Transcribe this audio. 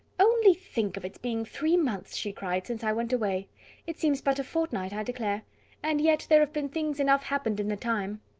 only think of its being three months, she cried, since i went away it seems but a fortnight i declare and yet there have been things enough happened in the time.